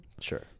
Sure